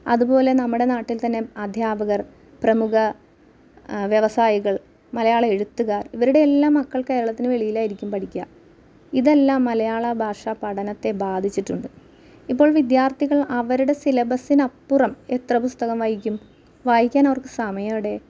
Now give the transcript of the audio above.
അതുപോലെ നമ്മുടെ നാട്ടിൽത്തന്നെ അധ്യാപകർ പ്രമുഖ വ്യവസായികൾ മലയാള എഴുത്തുകാർ ഇവരുടെയെല്ലാം മക്കൾ കേരളത്തിന് വെളിയിലായിരിക്കും പഠിക്കുക ഇതെല്ലാം മലയാള ഭാഷ പഠനത്തെ ബാധിച്ചിട്ടുണ്ട് ഇതിൽ വിദ്യാർത്ഥികൾ അവരുടെ സിലബസ്സിനപ്പുറം അത്ര പുസ്തകം വായിക്കും വായിക്കാൻ അവർക്ക് സമയമെവിടെ